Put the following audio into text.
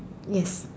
yes